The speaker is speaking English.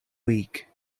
week